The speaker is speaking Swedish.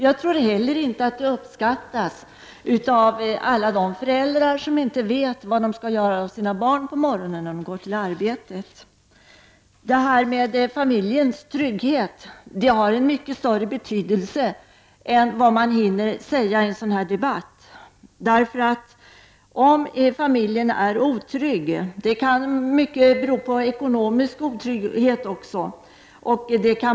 Jag tror inte heller att detta uppskattas av alla de föräldrar som inte vet vad de skall göra av sina barn på morgonen när de går till arbetet. Familjens trygghet har en mycket större betydelse än vad man hinner säga i en sådan här debatt. Familjens otrygghet kan vara av ekonomisk natur.